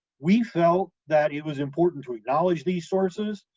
we felt that it was important to acknowledge these sources,